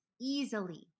easily